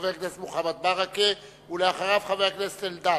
חבר הכנסת מוחמד ברכה, ואחריו, חבר הכנסת אלדד.